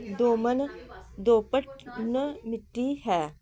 ਦੋਮਨ ਦੋਪਟ ਨ ਮਿੱਟੀ ਹੈ